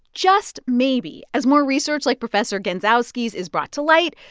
just maybe as more research like professor gensowski's is brought to light,